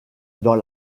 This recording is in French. dans